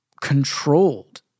controlled